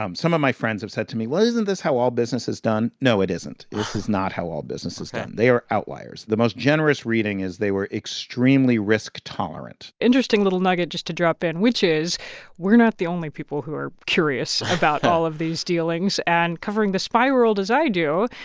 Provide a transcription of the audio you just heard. um some of my friends have said to me, well, isn't this how all business is done? no, it isn't. this is not how all business is done ok they are outliers. the most generous reading is they were extremely risk tolerant interesting little nugget, just to drop in, which is we're not the only people who are curious about all of these dealings. and covering the spy world as i do,